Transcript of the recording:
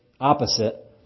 opposite